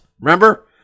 remember